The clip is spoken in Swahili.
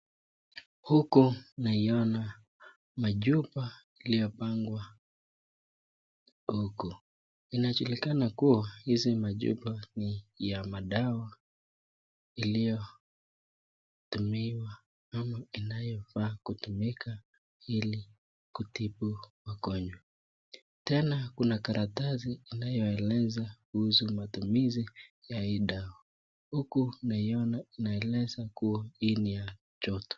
Huku naiona machupa iliyopangwa huku inajulikana kuwa hizi machupa ni ya madawa iliyotumiwa ama inayofaa kutumika ili kutibu magonjwa. Tena kuna karatasi inayoeleza kuhusu matumizi ya hii dawa huku naiona inaeleza kuwa hii ni ya joto.